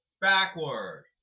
backward